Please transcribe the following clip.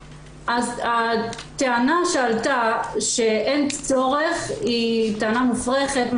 הטענה שעלתה, שאין צורך, היא טענה מופרכת.